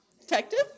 Detective